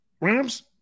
Rams